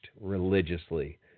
religiously